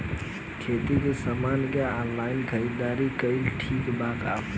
खेती के समान के ऑनलाइन खरीदारी कइल ठीक बा का?